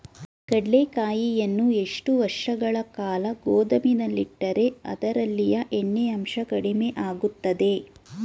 ಕಡ್ಲೆಕಾಯಿಯನ್ನು ಎಷ್ಟು ವರ್ಷಗಳ ಕಾಲ ಗೋದಾಮಿನಲ್ಲಿಟ್ಟರೆ ಅದರಲ್ಲಿಯ ಎಣ್ಣೆ ಅಂಶ ಕಡಿಮೆ ಆಗುತ್ತದೆ?